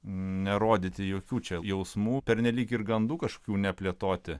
nerodyti jokių čia jausmų pernelyg ir gandų kažkokių neplėtoti